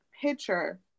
picture